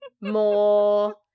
more